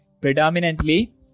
predominantly